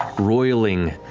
roiling,